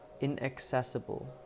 inaccessible